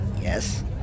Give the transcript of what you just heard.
Yes